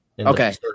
Okay